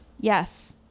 Yes